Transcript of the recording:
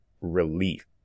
relief